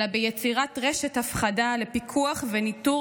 אלא ביצירת רשת הפחדה לפיקוח וניטור